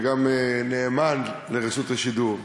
וגם נאמן לרשות השידור.